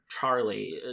Charlie